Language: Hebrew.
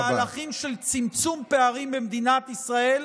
מהלכים של צמצום פערים במדינת ישראל.